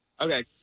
Okay